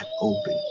open